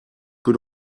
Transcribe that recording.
peut